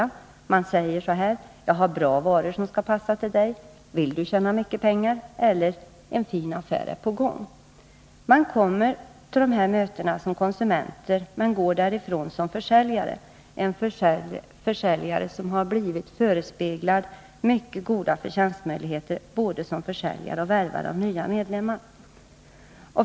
Företagens representant säger: ”Jag har bra varor som skall passa till dig. Vill du tjäna mycket pengar? En fin affär är på gång.” Man kommer till de här mötena som konsument, men går därifrån som försäljare, en försäljare som blivit förespeglad mycket goda förtjänstmöjligheter, både som försäljare och som värvare av nya medlemmar.